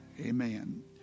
Amen